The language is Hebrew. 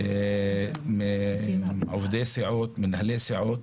העוזרים, עובדי הסיעות, מנהלי הסיעות.